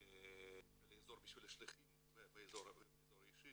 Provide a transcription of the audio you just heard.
אזור בשביל השליחים ואזור אישי,